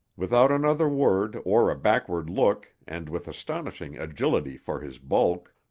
without another word or a backward look and with astonishing agility for his bulk,